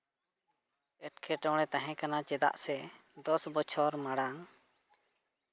ᱮᱸᱴᱠᱮᱴᱚᱬᱮ ᱛᱟᱦᱮᱸ ᱠᱟᱱᱟ ᱪᱮᱫᱟᱜ ᱥᱮ ᱫᱚᱥ ᱵᱚᱪᱷᱚᱨ ᱢᱟᱲᱟᱝ